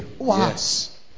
Yes